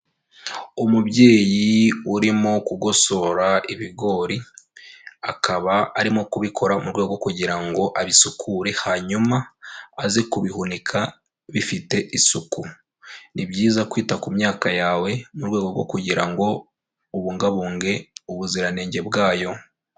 Umubyeyi urimo kugosora ibigori, akaba arimo kubikora mu rwego kugira ngo abisukure hanyuma aze kubihunika bifite isuku. Ni byiza kwita ku myaka yawe mu rwego rwo kugira ngo ubungabunge ubuziranenge bwayo.